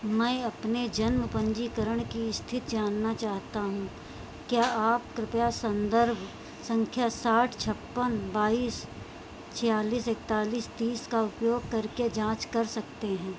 मैं अपने जन्म पंजीकरण की स्थिति जानना चाहता हूँ क्या आप कृपया संदर्भ संख्या साठ छप्पन बाईस छियालीस इकतालीस तीस का उपयोग करके जाँच कर सकते हैं